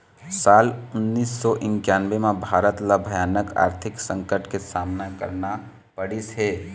साल उन्नीस सौ इन्कानबें म भारत ल भयानक आरथिक संकट के सामना करना पड़िस हे